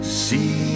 see